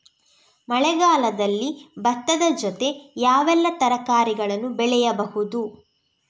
ಮಳೆಗಾಲದಲ್ಲಿ ಭತ್ತದ ಜೊತೆ ಯಾವೆಲ್ಲಾ ತರಕಾರಿಗಳನ್ನು ಬೆಳೆಯಬಹುದು?